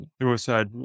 suicide